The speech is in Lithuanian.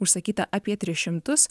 užsakyta apie tris šimtus